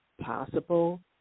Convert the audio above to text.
possible